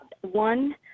one